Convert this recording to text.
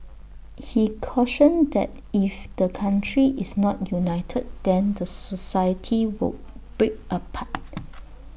he cautioned that if the country is not united then the society would break apart